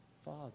father